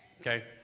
Okay